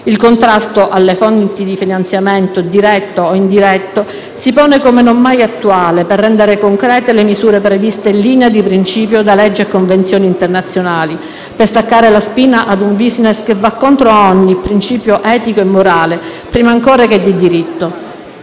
Il contrasto alle fonti di finanziamento, diretto o indiretto, si pone come non mai attuale, per rendere concrete le misure previste in linea di principio da leggi e convenzioni internazionali; per staccare la spina a un *business* che va contro a ogni principio etico e morale, prima ancora che di diritto.